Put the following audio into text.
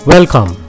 Welcome